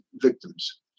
victims